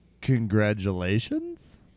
congratulations